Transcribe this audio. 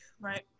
Right